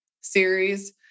series